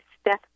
step